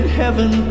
heaven